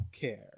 care